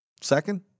second